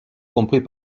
compris